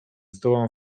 zdołam